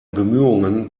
bemühungen